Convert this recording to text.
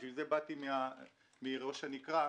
בשביל זה באתי מראש הנקרה,